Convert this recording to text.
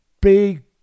Big